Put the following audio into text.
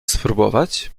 spróbować